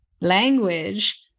language